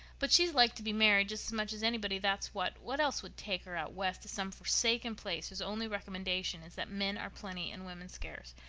but she'd like to be married, just as much as anybody, that's what. what else would take her out west to some forsaken place whose only recommendation is that men are plenty and women scarce?